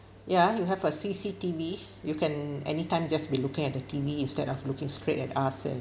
ya you have a C_C_T_V you can any time just be looking at the T_V instead of looking straight at us and